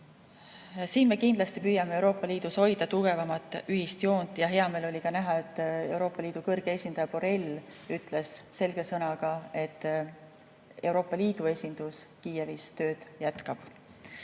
Siin me kindlasti püüame Euroopa Liidus hoida tugevamat ühist joont ja hea meel oli näha, et Euroopa Liidu kõrge esindaja Borrell ütles selge sõnaga, et Euroopa Liidu esindus Kiievis jätkab